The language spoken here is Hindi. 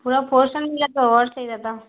पूरा पोर्शन मिल जाता तो और सही रहता